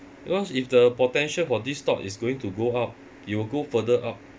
because if the potential for this stock is going to go up it will go further up